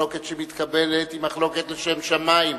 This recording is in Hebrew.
מחלוקת שמתקבלת היא מחלוקת, לשם שמים.